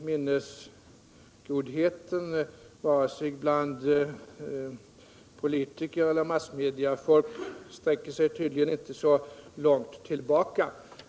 Minnesgodheten såväl bland politiker som massmediafolk sträcker sig tydligen inte så långt tillbaka.